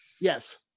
Yes